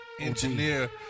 engineer